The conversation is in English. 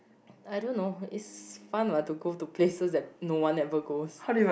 I don't know it's fun what to go to places that no one never goes